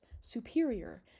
superior